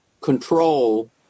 control